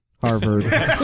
Harvard